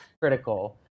critical